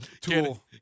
tool